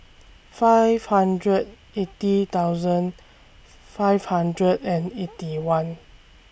five hundred eighty thousand five hundred and Eighty One